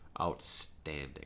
Outstanding